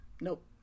nope